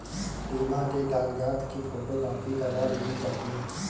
बीमा के कागजात की फोटोकॉपी करवा लेनी चाहिए